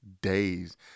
days